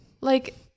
Like-